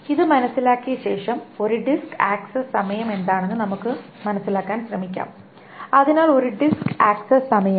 ഇത് മനസിലാക്കിയ ശേഷം ഒരു ഡിസ്ക് ആക്സസ് സമയം എന്താണെന്ന് മനസ്സിലാക്കാൻ നമുക്ക് ശ്രമിക്കാം അതിനാൽ ഒരു ഡിസ്ക് ആക്സസ് സമയം